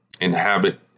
inhabit